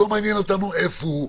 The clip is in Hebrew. לא מעניין אותנו איפה הוא,